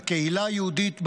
הקהילה היהודית בגולה,